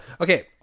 okay